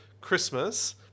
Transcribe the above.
Christmas